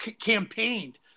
campaigned